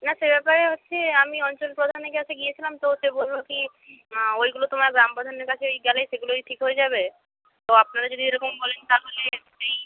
না সে ব্যাপারে হচ্ছে আমি অঞ্চল প্রধানের কাছে গিয়েছিলাম তো সে বলল কী ওইগুলো তোমার গ্রাম প্রধানের কাছেই গেলেই সেগুলোই ঠিক হয়ে যাবে তো আপনারা যদি এরকম বলেন তাহলে সেই